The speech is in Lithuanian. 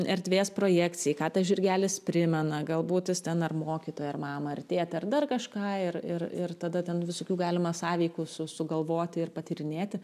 erdvės projekcijai ką tas žirgelis primena galbūt jis ten ar mokytoją ar mamą ar tėtį ar dar kažką ir ir ir tada ten visokių galima sąveikų su sugalvoti ir patyrinėti